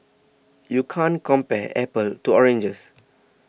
you can't compare apples to oranges